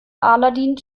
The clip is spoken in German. aladin